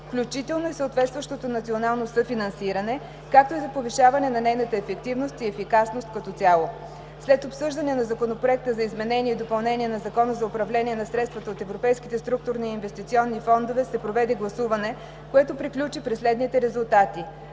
включително и съответстващото национално съфинансиране, както и за повишаване на нейната ефективност и ефикасност като цяло. След обсъждане на Законопроекта за изменение и допълнение на Закона за управление на средствата от европейските структурни и инвестиционни фондове се проведе гласуване, което приключи при следните резултати: